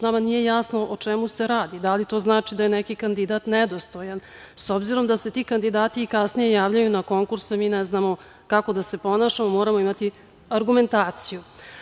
Nama nije jasno o čemu se radi, da li to znači da je neki kandidat nedostojan, s obzirom da se ti kandidati i kasnije javljaju na konkurs i ne znamo kako da se ponašamo, moramo imati argumentaciju.